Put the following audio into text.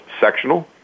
sectional